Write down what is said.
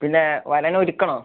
പിന്നെ വരനെ ഒരുക്കണോ